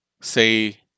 say